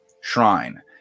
shrine